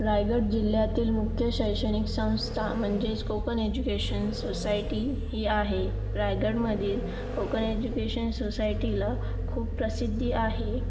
रायगड जिल्ह्यातील मुख्य शैक्षणिक संस्था म्हणजेच कोकण एज्युकेशन सोसायटी ही आहे रायगडमधील कोकण एज्युकेशन सोसायटीला खूप प्रसिद्धी आहे